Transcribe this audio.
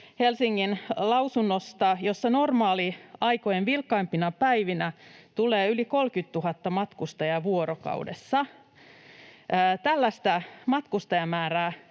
Helsingin lausunnosta, jonka mukaan normaaliaikojen vilkkaimpina päivinä tulee yli 30 000 matkustajaa vuorokaudessa. Tällaista matkustajamäärää